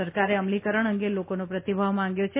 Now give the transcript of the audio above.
સરકારે અમલીકરણ અંગે લોકોનો પ્રતિભાવ માંગ્યો છે